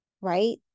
Right